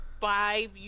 five